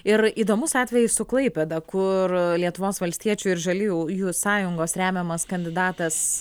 ir įdomus atvejis su klaipėda kur lietuvos valstiečių ir žaliųjų sąjungos remiamas kandidatas